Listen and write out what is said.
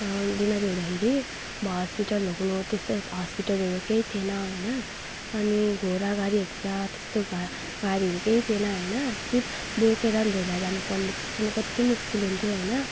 बिमारी हुँदाखेरि अब हस्पिटलहरू त्यस्तो हस्पिटलहरू केही थिएन होइन अनि घोडागाडीहरूतिर त्यस्तो गाडीहरू केही थिएन होइन सिर्फ बोकेर लिएर जानुपर्ने त्यस्तोमा कत्ति मुस्किल हुन्थ्यो होइन